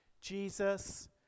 Jesus